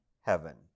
heaven